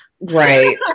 Right